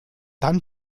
dann